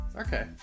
Okay